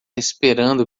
esperando